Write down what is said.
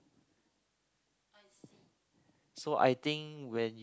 so I think when